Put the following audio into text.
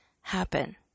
happen